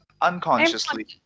unconsciously